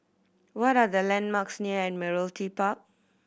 what are the landmarks near Admiralty Park